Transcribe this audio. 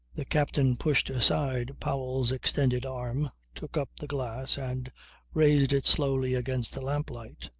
the captain pushed aside powell's extended arm, took up the glass and raised it slowly against the lamplight.